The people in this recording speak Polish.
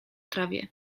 trawie